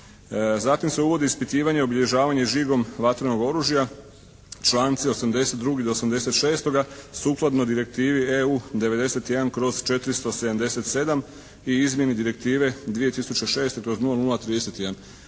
Zatim se uvodi ispitivanje i obilježavanje žigom vatrenog oružja članci 82. do 86. sukladno direktivi EU 91/477 i izmjeni direktive 2006/0031.